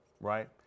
right